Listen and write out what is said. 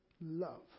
love